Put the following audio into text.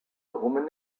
woman